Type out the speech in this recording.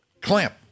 Clamp